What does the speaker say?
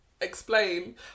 explain